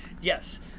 yes